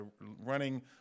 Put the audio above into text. running